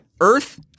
Earth